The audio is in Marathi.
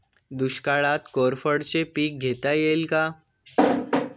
दुष्काळात कोरफडचे पीक घेता येईल का?